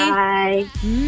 bye